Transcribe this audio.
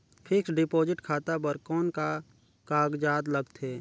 Fixed deposit खाता बर कौन का कागजात लगथे?